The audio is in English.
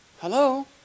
hello